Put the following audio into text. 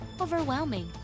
overwhelming